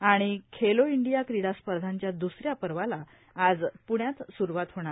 आणि खेलो इंडिया क्रीडा स्पर्धांच्या द्रसऱ्या पर्वाला आज पृण्यात सुरूवात होणार